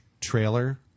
trailer